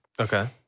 Okay